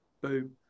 Boom